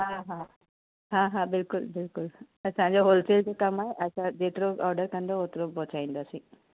हा हा हा हा बिल्कुलु बिल्कुलु असांजो होलसेल बि कमु आहे ऐं तव्हां जेतिरो बि ऑर्डर कंदव ओतिरो पहुचाईंदासीं